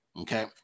okay